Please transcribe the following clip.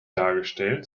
dargestellt